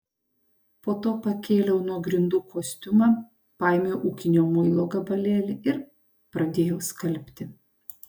po to pakėliau nuo grindų kostiumą paėmiau ūkinio muilo gabalėlį ir pradėjau skalbti